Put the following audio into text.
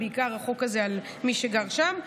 והחוק הזה בעיקר על מי שגר שם,